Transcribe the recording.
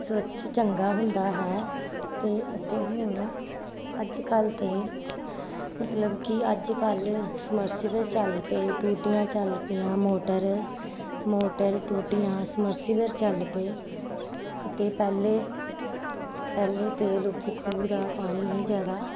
ਸਵੱਛ ਚੰਗਾ ਹੁੰਦਾ ਹੈ ਅਤੇ ਅਤੇ ਹੁਣ ਅੱਜ ਕੱਲ੍ਹ ਤਾਂ ਮਤਲਬ ਕਿ ਅੱਜ ਕੱਲ੍ਹ ਸਮਰਸੀਬਲ ਚੱਲ ਪਏ ਟੂਟੀਆਂ ਚੱਲ ਪਈਆਂ ਮੋਟਰ ਮੋਟਰ ਟੂਟੀਆਂ ਸਮਰਸੀਬਲ ਚੱਲ ਪਏ ਅਤੇ ਪਹਿਲੇ ਪਹਿਲੇ ਤਾਂ ਲੋਕੀ ਖੂਹ ਦਾ ਪਾਣੀ ਹੀ ਜ਼ਿਆਦਾ